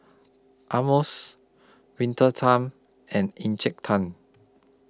Winter Time and Encik Tan